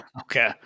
Okay